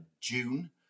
June